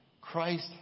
Christ